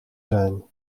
zijn